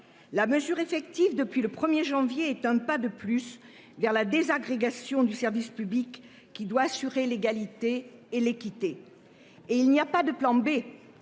La mesure effective depuis le 1er janvier est un pas de plus vers la désagrégation du service public qui doit assurer l'égalité et l'équité. Et il n'y a pas de plan B